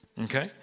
Okay